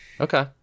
okay